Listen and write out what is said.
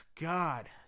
god